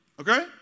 okay